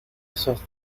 esos